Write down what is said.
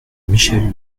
michèle